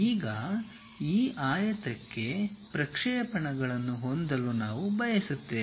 ಈಗ ಈ ಆಯತಕ್ಕೆ ಪ್ರಕ್ಷೇಪಣಗಳನ್ನು ಹೊಂದಲು ನಾವು ಬಯಸುತ್ತೇವೆ